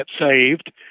saved